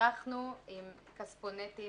נערכנו עם כספונטים,